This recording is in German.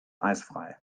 eisfrei